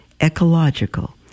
ecological